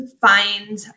find